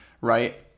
right